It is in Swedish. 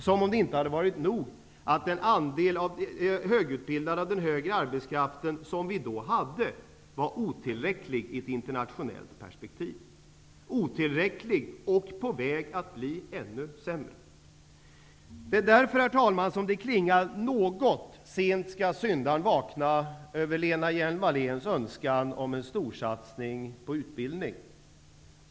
Som om det inte hade varit nog: den andel av högutbildade som vi då hade var otillräcklig i ett internationellt perspektiv, otillräcklig och på väg att bli ännu sämre. Det klingar något av ''sent skall syndaren vakna'' över Lena Hjelm-Walléns önskan om en storsatsning på utbildning.